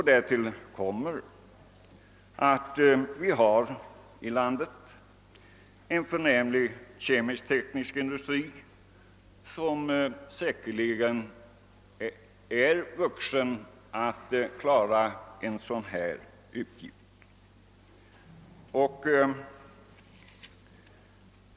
Därtill kommer att vi i vårt land har en förnämlig kemisk-teknisk industri, som säkerligen är vuxen att klara en uppgift som den nu aktuella.